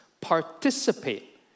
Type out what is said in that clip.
participate